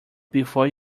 before